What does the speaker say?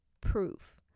proof